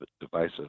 divisive